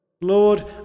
Lord